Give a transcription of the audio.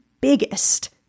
biggest